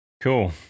Cool